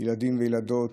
ילדים וילדות,